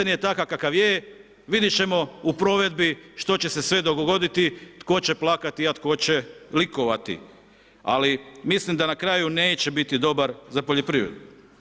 Donesen je takav kakav je, vidjet ćemo u provedbi što će se sve dogoditi, tko će plakati, a tko će likovati, ali mislim da na kraju neće biti dobar za poljoprivredu.